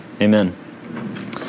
Amen